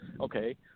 okay